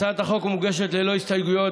הצעת החוק מוגשת ללא הסתייגויות,